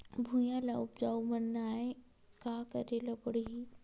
भुइयां ल उपजाऊ बनाये का करे ल पड़ही?